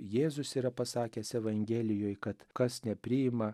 jėzus yra pasakęs evangelijoj kad kas nepriima